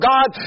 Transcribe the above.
God